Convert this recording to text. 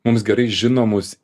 mums gerai žinomus